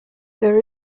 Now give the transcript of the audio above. there